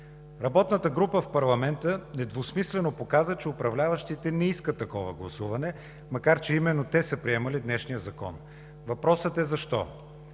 Работната група в парламента недвусмислено показа, че управляващите не искат такова гласуване, макар че именно те са приемали днешния закон. Въпросът е: защо?